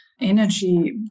energy